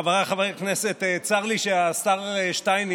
חבריי חברי הכנסת, צר לי שהשר שטייניץ